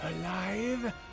Alive